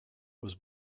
was